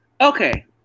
Okay